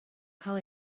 cael